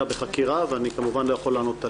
בחקירה ואני כמובן לא יכול לענות עליהם,